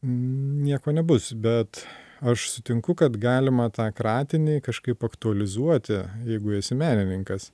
nieko nebus bet aš sutinku kad galima tą kratinį kažkaip aktualizuoti jeigu esi menininkas